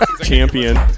Champion